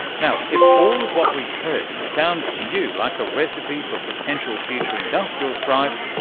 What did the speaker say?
now, if all of what we've heard sounds to you like a recipe for potential future industrial strife,